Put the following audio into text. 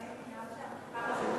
חברת הכנסת מיכאלי, מאז שהמחקר הזה התפרסם,